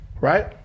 right